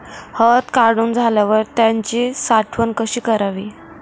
हळद काढून झाल्यावर त्याची साठवण कशी करावी?